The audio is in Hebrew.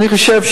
אני חושב,